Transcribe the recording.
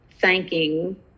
thanking